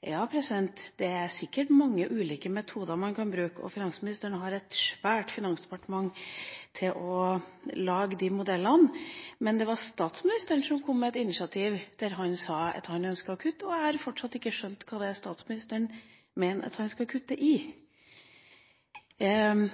Ja, det er sikkert mange ulike metoder man kan bruke, og finansministeren har et svært finansdepartement til å lage de modellene, men det var statsministeren som kom med et initiativ, der han sa at han ønsker å kutte, og jeg har fortsatt ikke skjønt hva statsministeren mener at han skal kutte i. Representanten